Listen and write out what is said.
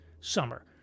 summer